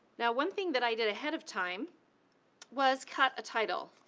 now, one thing that i did ahead of time was cut a title.